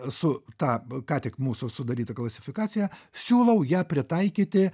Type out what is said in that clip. su ta ką tik mūsų sudaryta klasifikacija siūlau ją pritaikyti